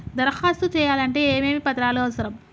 దరఖాస్తు చేయాలంటే ఏమేమి పత్రాలు అవసరం?